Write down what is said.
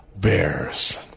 Bears